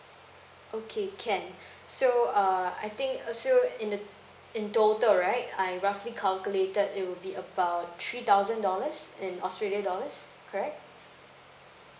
okay can so err I think uh so in the in total right I roughly calculated it will be about three thousand dollars in australia dollars correct